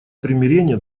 примирение